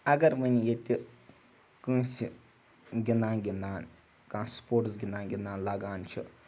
اگر وٕنہِ ییٚتہِ کٲنٛسہِ گِںٛدان گِنٛدان کانٛہہ سپوٹٕس گِنٛدان گِنٛدان لگان چھِ